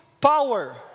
power